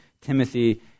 Timothy